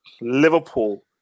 Liverpool